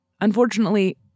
Unfortunately